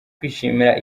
kwishimira